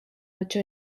ocho